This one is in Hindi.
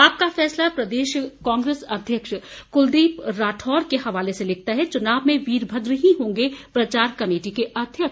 आपका फैसला प्रदेश कांग्रेस अध्यक्ष कुलदीप राठौर के हवाले से लिखता है चुनाव में वीरभद्र ही होंगे प्रचार कमेटी के अध्यक्ष